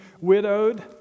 widowed